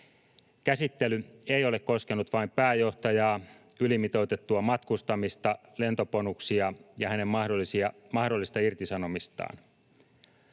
Käsittely ei ole koskenut vain pääjohtajaa, ylimitoitettua matkustamista, lentobonuksia ja hänen mahdollista irtisanomistaan.